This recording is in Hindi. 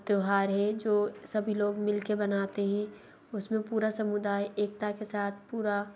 त्यौहार है जो सभी लोग मिल के मनाते हैं उस में पूरा समुदाय एकता के साथ पूरा